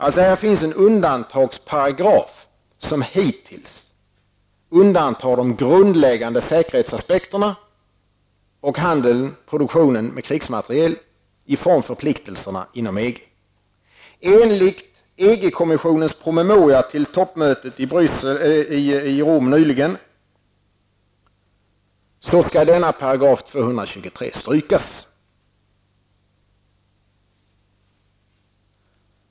Här finns alltså en undantagsparagraf som hittills undantar de grundläggande säkerhetsaspekterna och produktionen av och handeln med krigsmateriel från förpliktelserna inom EG. Enligt Rom nyligen skall denna artikel 223 strykas.